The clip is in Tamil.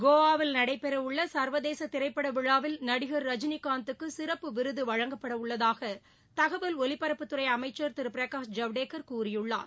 கோவாவில் நடைபெறவுள்ள சர்வதேச திரைப்பட விழாவில் நடிகர் ரஜினி காந்துக்கு சிறப்பு விருது வழங்கப்படவுள்ளதாக தகவல் ஒலிபரப்புத்துறை அமைச்சர் திரு பிரகாஷ் ஜவடேகர் கூறியுள்ளார்